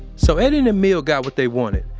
so, eddie and emile got what they wanted.